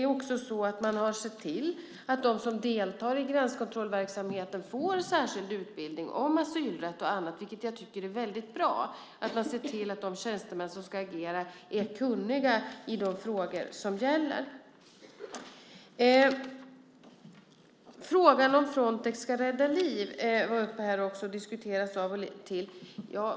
Man har sett till att de som deltar i gränskontrollverksamheten får särskild utbildning om asylrätten och annat. Jag tycker att det är väldigt bra att se till att de tjänstemän som ska agera är kunniga i de frågor som gäller. Frågan om Frontex ska rädda liv var uppe och har diskuterats av och till.